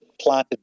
planted